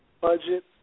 budget